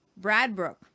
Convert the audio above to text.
Bradbrook